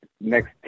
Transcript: next